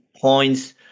points